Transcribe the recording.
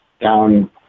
down